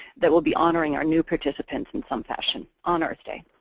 that will be honoring our new participants in some fashion, on earth day.